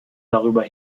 darüber